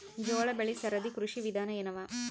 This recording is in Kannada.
ಜೋಳ ಬೆಳಿ ಸರದಿ ಕೃಷಿ ವಿಧಾನ ಎನವ?